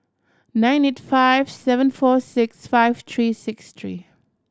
nine eight five seven four six five three six three